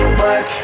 work